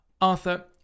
Arthur